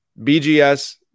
BGS